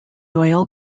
oil